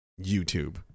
YouTube